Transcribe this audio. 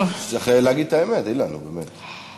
צריך להגיד את האמת, אילן, נו באמת.